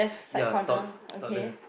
ya top top left